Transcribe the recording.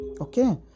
Okay